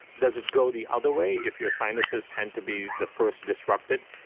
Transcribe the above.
does it go the other way if your sinuses tend to be the first disrupted?